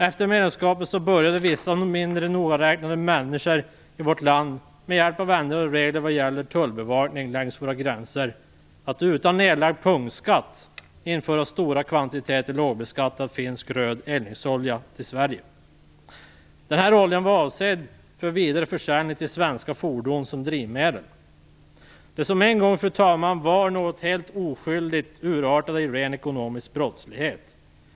Efter vårt inträde i EU började vissa mindre nogräknade människor i landet, med hjälp av ändrade regler för tullbevakningen längs våra gränser, att utan erläggande av punktskatt införa stora kvantiteter finsk lågbeskattad röd eldningsolja till Sverige. Denna olja har varit avsedd för vidare försäljning som drivmedel i svenska fordon. Fru talman! Det som en gång var något helt oskyldigt urartade till ren ekonomisk brottslighet.